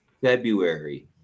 February